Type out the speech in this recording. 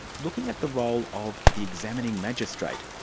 looking at the role of the examining magistrate,